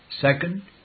Second